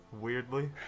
weirdly